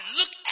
look